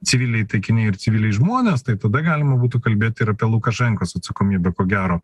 civiliai taikiniai ir civiliai žmonės tai tada galima būtų kalbėti ir apie lukašenkos atsakomybę ko gero